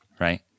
right